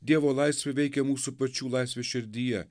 dievo laisvė veikia mūsų pačių laisvę širdyje